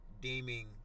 deeming